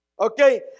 Okay